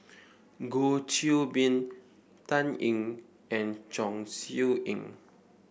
Goh Qiu Bin Dan Ying and Chong Siew Ying